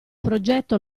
progetto